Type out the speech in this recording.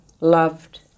loved